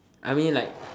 I mean like